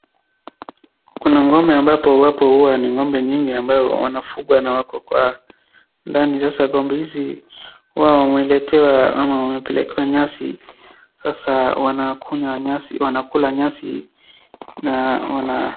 Kuna ng'ombe ambapo huwapo ni ng'ombe nyingi ambapo wanafugwa na wako kwa ndani, sasa ng'ombe hizi huwa wameletewa, ama wamepelekewa nyasi, sasa wanakunywa nyasi, wanakula nyasi, na wana.